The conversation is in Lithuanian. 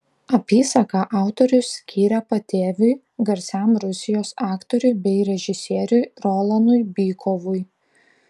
apysaką autorius skyrė patėviui garsiam rusijos aktoriui bei režisieriui rolanui bykovui